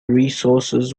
resources